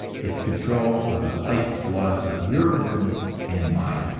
its control of the life-blood of your business and mine